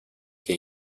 che